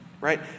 Right